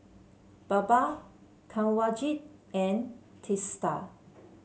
Baba Kanwaljit and Teesta